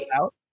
out